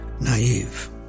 naive